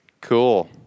Cool